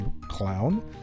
clown